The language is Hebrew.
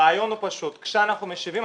הרעיון הוא פשוט: כשאנחנו משיבים,